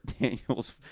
Daniel's